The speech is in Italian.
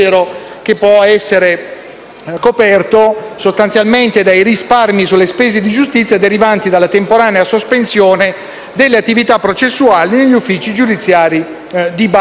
che può essere coperto sostanzialmente dai risparmi sulle spese di giustizia derivanti dalla temporanea sospensione delle attività processuali negli uffici giudiziari di Bari